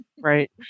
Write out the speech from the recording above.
Right